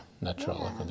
natural